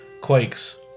quakes